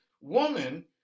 woman